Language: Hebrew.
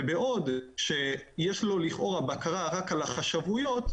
ובעוד שיש לו לכאורה בקרה רק על החשבויות,